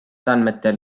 andmetel